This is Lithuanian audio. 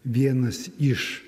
vienas iš